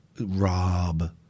Rob